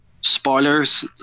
spoilers